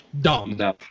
Dumb